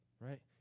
right